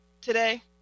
today